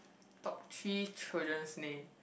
top three children's name